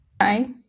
Hi